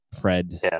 Fred